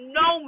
no